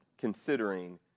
considering